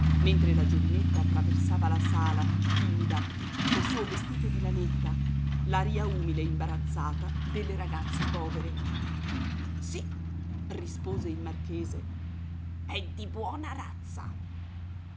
mentre la giovinetta attraversava la sala timida col suo vestito di lanetta l'aria umile e imbarazzata delle ragazze povere sì rispose il marchese è di buona razza